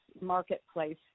marketplace